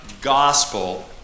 gospel